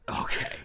Okay